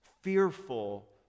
Fearful